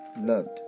loved